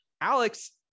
Alex